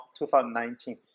2019